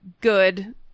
good